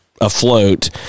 afloat